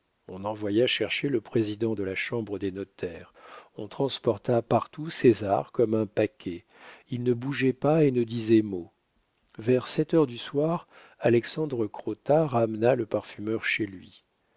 on envoya chercher le président de la chambre des notaires on transporta partout césar comme un paquet il ne bougeait pas et ne disait mot vers sept heures du soir alexandre crottat ramena le parfumeur chez lui